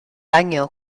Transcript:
año